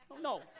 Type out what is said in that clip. No